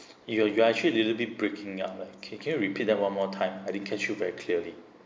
you you actually a little bit breaking up like can can you repeat that one more time I didn't catch you very clearly